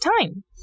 time